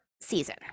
season